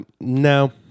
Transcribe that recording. No